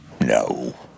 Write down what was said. No